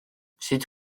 sut